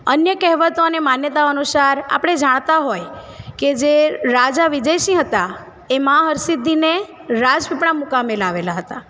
અન્ય કહેવતો અને માન્યતા અનુસાર આપણે જાણતા હોય કે જે રાજા વિજયસિંહ હતા એમાં હરસિદ્ધિને રાજપીપળા મુકામે લાવેલા હતા